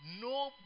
No